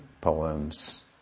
poems